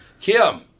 Kim